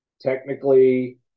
technically